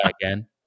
again